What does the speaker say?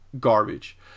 garbage